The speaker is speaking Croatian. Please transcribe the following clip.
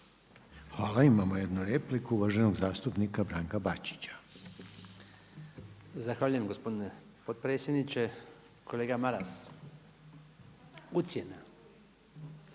Hvala. Imamo jednu repliku, uvaženog zastupnika Branka Bačića. **Bačić, Branko (HDZ)** Zahvaljujem gospodine potpredsjedniče. Kolega Maras, ucjena